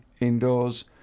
indoors